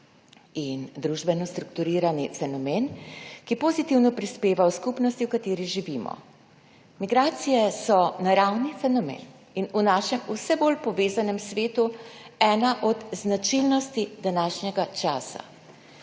in družbeno strukturirani fenomen, ki pozitivno prispeva v skupnosti, v kateri živimo. Migracije so naravni fenomen in v našem vse bolj povezanem svetu ena od značilnosti današnjega časa.